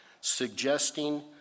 suggesting